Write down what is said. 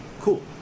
cool